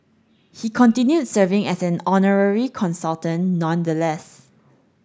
he continued serving as an honorary consultant nonetheless